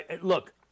look